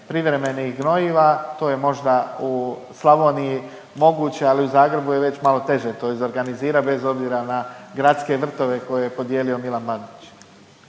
privremenih gnojiva. To je možda u Slavoniji moguće, ali u Zagrebu je već malo teže to izorganizirati bez obzira na gradske vrtove koje je podijelio Milan Bandić.